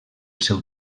seu